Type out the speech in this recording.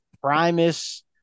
Primus